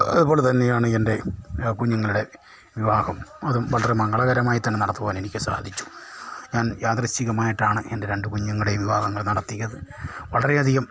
അതുപോലെ തന്നെയാണ് എൻ്റെ കുഞ്ഞുങ്ങളുടെ വിവാഹം അതും വളരെ മംഗളകരമായി തന്നെ നടത്തുവാൻ എനിക്ക് സാധിച്ചു ഞാൻ യാദൃച്ഛികമായിട്ടാണ് എൻ്റെ രണ്ട് കുഞ്ഞുങ്ങളുടെയും വിവാഹങ്ങൾ നടത്തിയത് വളരെ അധികം